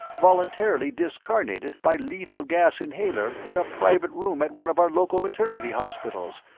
voluntarily discarnated by lethal-gas inhaler in a private room at one of our local maternity hospitals,